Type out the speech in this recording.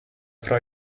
fra